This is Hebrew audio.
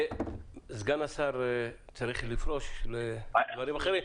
סגן השר צריך לפרוש לעניינים אחרים.